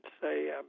say